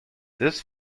this